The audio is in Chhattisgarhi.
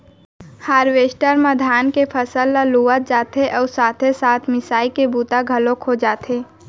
हारवेस्टर म धान के फसल ल लुवत जाथे अउ साथे साथ मिसाई के बूता घलोक हो जाथे